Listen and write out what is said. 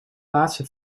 laatste